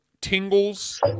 tingles